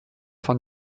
von